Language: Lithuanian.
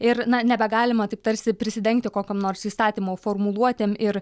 ir na nebegalima taip tarsi prisidengti kokio nors įstatymo formuluotėm ir